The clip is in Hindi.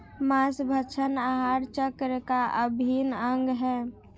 माँसभक्षण आहार चक्र का अभिन्न अंग है